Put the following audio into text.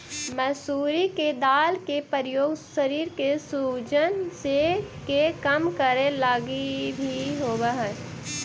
मसूरी के दाल के प्रयोग शरीर के सूजन के कम करे लागी भी होब हई